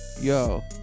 yo